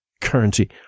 currency